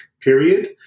period